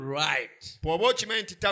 right